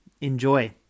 enjoy